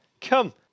Come